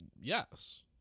yes